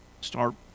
start